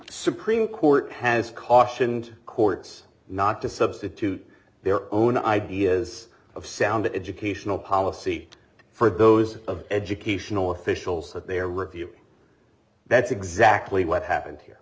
supreme court has cautioned courts not to substitute their own ideas of sound educational policy for those of educational officials that they are review that's exactly what happened here